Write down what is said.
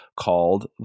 called